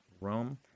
Rome